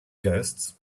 ghosts